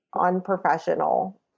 unprofessional